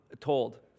told